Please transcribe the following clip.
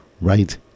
right